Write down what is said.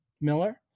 Miller